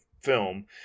film